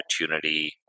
opportunity